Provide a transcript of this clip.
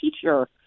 teacher